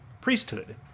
priesthood